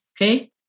Okay